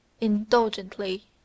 indulgently